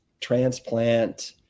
transplant